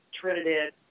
Trinidad